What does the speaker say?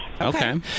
Okay